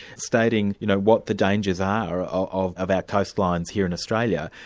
stating you know what the dangers are of of our coastlines here in australia,